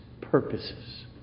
purposes